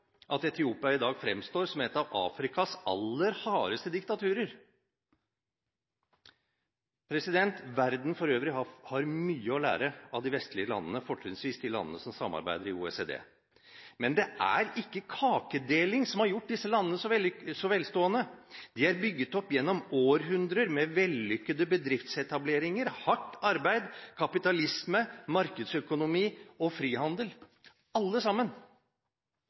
at Etiopia i dag fremstår som et av Afrikas aller hardeste diktaturer. Verden for øvrig har mye å lære av de vestlige landene, fortrinnsvis de landene som samarbeider i OECD. Men det er ikke kakedeling som har gjort disse landene så velstående. De er bygget opp gjennom århundrer med vellykkede bedriftsetableringer, hardt arbeid, kapitalisme, markedsøkonomi og frihandel – alle sammen.